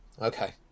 Okay